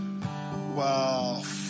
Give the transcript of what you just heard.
wow